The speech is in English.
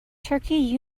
turkey